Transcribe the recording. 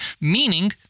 Meaning